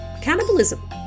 Cannibalism